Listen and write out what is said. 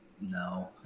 No